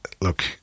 look